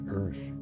earth